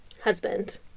Husband